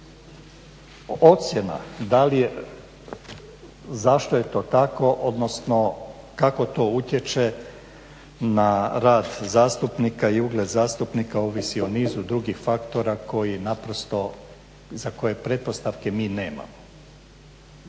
ocjena zašto je to tako odnosno kako to utječe na rad zastupnika i ugled zastupnika ovisi o nizu drugih faktora koji naprosto za koje pretpostavke mi nemamo.